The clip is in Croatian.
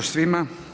svima.